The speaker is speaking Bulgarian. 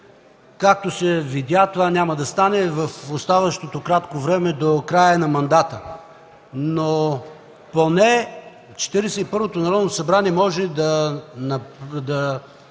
Както се видя, това няма да стане в оставащото кратко време до края на мандата. Но поне Четиридесет и първото Народно събрание може да измени